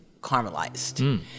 caramelized